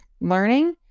learning